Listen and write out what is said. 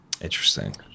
Interesting